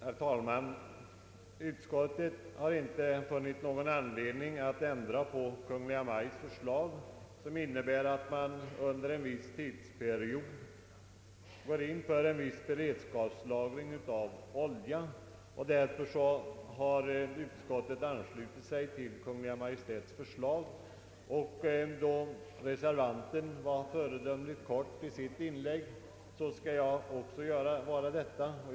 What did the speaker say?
Herr talman! Utskottet har inte funnit någon anledning att ändra på Kungl. Maj:ts förslag, som innebär att man under en viss tidsperiod går in för viss beredskapslagring av olja. Därför har utskottet anslutit sig till Kungl. Maj:ts förslag. Då reservanten var föredömligt kortfattad i sitt inlägg, skall jag också vara det.